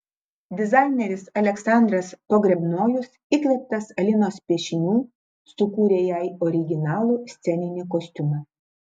dizaineris aleksandras pogrebnojus įkvėptas alinos piešinių sukūrė jai originalų sceninį kostiumą